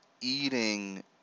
eating